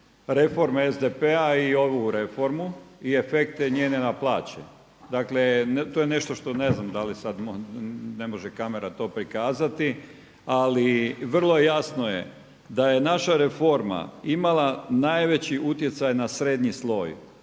reforme SDP-a i ovu reformu i efekte njene na plaći. Dakle, to je nešto što ne znam da li sad ne može kamera to prikazati. Ali vrlo jasno je da je naša reforma imala najveći utjecaj na srednji sloj.